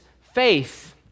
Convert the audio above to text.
faith